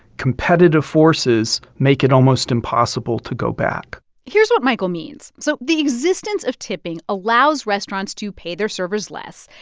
competitive forces make it almost impossible to go back here's what michael means. so the existence of tipping allows restaurants to pay their servers less.